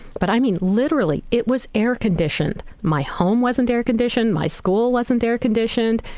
but i mean literally it was air-conditioned. my home wasn't air-conditioned. my school wasn't air-conditioned.